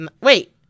Wait